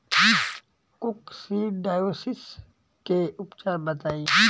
Coccidiosis के उपचार बताई?